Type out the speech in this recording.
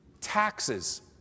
taxes